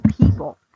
people